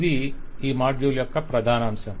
ఇది ఈ మాడ్యూల్ యొక్క ప్రధానాంశం